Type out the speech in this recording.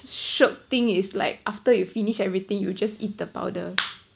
shiok thing is like after you finish everything you just eat the powder